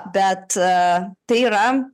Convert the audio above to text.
bet a tai yra